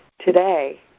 today